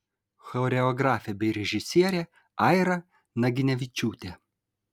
choreografė bei režisierė aira naginevičiūtė